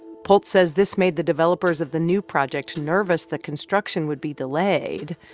pultz says this made the developers of the new project nervous that construction would be delayed.